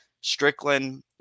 Strickland